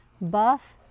buff